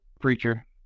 preacher